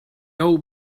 old